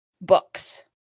books